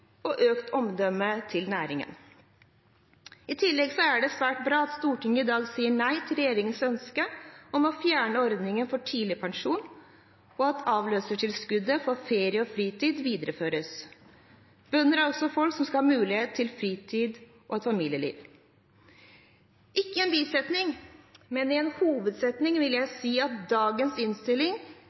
for økt fokus på rekruttering. Vi må jobbe med å legge til rette for utdanning og kompetanseutvikling og øke omdømmet til næringen. I tillegg er det svært bra at Stortinget i dag sier nei til regjeringens ønske om å fjerne ordningen med tidligpensjon, og at avløsertilskuddet for ferie og fritid videreføres. Bønder er også folk som skal ha mulighet til fritid og et familieliv. Ikke i en bisetning, men i en hovedsetning vil